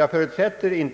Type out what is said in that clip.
Jag förutsätter